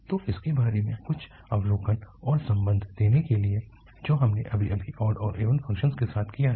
तो उसके बारे में कुछ अवलोकन और संबंध देने के लिए जो हमने अभी अभी ऑड और इवन फंक्शन के साथ किया है